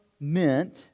meant